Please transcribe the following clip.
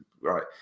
right